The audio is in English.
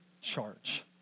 charge